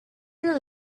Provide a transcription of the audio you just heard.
your